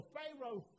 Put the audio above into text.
Pharaoh